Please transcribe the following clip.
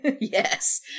Yes